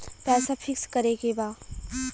पैसा पिक्स करके बा?